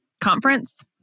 conference